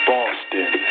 Boston